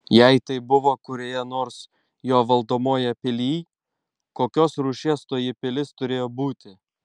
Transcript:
jei tai buvo kurioje nors jo valdomoje pilyj kokios rūšies toji pilis turėjo būti